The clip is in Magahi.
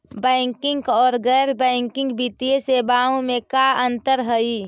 बैंकिंग और गैर बैंकिंग वित्तीय सेवाओं में का अंतर हइ?